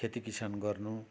खेती किसान गर्नु